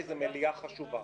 כי זו מליאה חשובה.